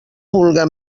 vulga